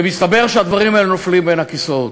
ומסתבר שהדברים האלה נופלים בין הכיסאות.